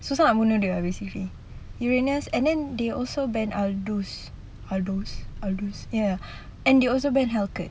susah bunuh dia lah basically uranus and then they also ban aldous aldous aldous ya and they also ban helcurt